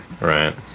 Right